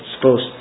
supposed